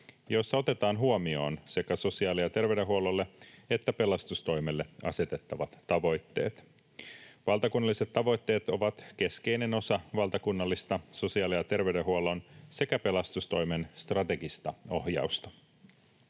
joissa otetaan huomioon sekä sosiaali‑ ja terveydenhuollolle että pelastustoimelle asetettavat tavoitteet. Valtakunnalliset tavoitteet ovat keskeinen osa valtakunnallista sosiaali‑ ja terveydenhuollon sekä pelastustoimen strategista ohjausta.